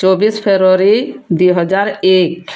ଚବିଶ ଫେବୃୟାରୀ ଦୁଇ ହଜାରଏକ